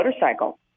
motorcycle